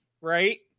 right